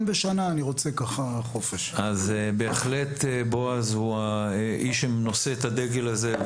אז בהחלט בועז האיש שנושא את הדגל הזה,